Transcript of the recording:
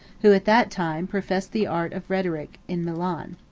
who, at that time, professed the art of rhetoric in milan.